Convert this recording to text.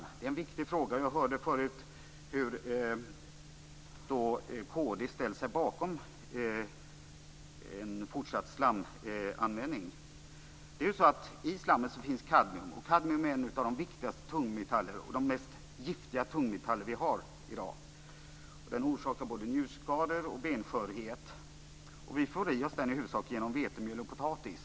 Detta är en viktig fråga. Jag hörde tidigare att kristdemokraterna ställer sig bakom en fortsatt slamanvändning. Men i slammet finns det kadmium, och kadmium är en av de viktigaste och giftigaste tungmetaller som vi i dag har. Denna tungmetall orsakar både njurskador och benskörhet. Vi får i oss den i huvudsak genom vetemjöl och potatis.